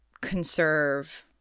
conserve